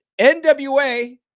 NWA